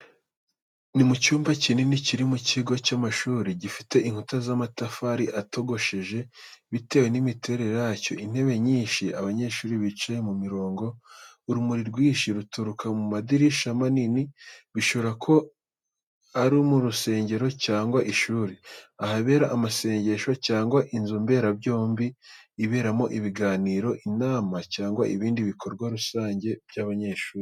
Ni mu cyumba kinini kiri mu kigo cy'amashuri, gifite inkuta z'amatafari atogosheje. Bitewe n'imiterere yacyo intebe nyinshi abanyeshuri bicaye mu mirongo, urumuri rwinshi ruturuka ku madirishya manini, bishoboka ko ari mu rusengero cyangwa ishuri, ahabera amasengesho cyangwa inzu mberabyombi iberamo ibiganiro, inama, cyangwa ibindi bikorwa rusange by’abanyeshuri.